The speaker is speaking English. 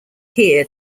here